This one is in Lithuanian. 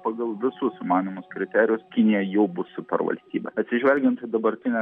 pagal visus įmanomus kriterijus kinija jau bus supervalstybė atsižvelgiant į dabartinę